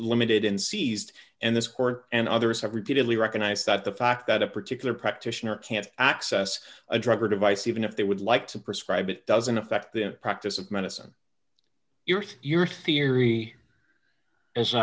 limited and seized and this court and others have repeatedly recognized that the fact that a particular practitioner can't access a drug or device even if they would like to prescribe it doesn't affect the practice of medicine your theory a theory as